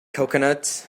coconuts